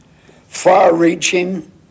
far-reaching